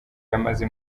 yamaze